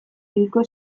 hilko